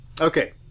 Okay